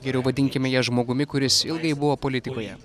geriau vadinkime ją žmogumi kuris ilgai buvo politikoje